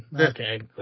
Okay